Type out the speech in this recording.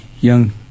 young